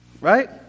Right